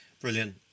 Brilliant